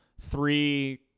three